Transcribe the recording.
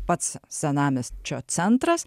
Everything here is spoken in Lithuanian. pats senamiesčio centras